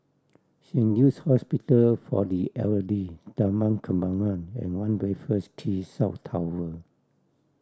Saint Luke's Hospital for the Elderly Taman Kembangan and One Raffles Quay South Tower